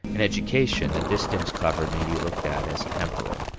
in education, the distance covered may be looked at as temporal.